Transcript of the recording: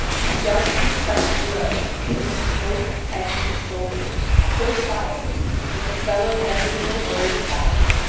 he dealt him such a blow that he smote his head from his shoulders so quietly that the fellow never knew a word about it.